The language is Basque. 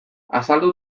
azaldu